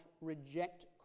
reject